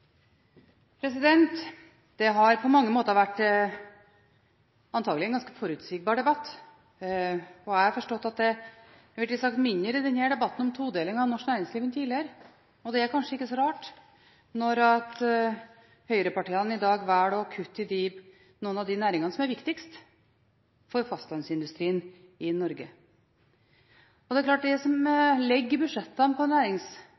Det har på mange måter antakelig vært en ganske forutsigbar debatt. Jeg har forstått at det har blitt sagt mindre om todeling av norsk næringsliv i denne debatten enn tidligere. Det er kanskje ikke så rart når høyrepartiene i dag velger å kutte i noen av de næringene som er viktigst for fastlandsindustrien i Norge. Det er klart at det som ligger i budsjettene på